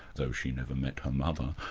though she never met her mother,